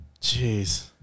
Jeez